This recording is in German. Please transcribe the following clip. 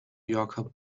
yorker